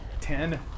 ten